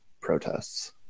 protests